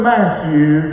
Matthew